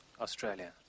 Australia